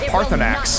Parthenax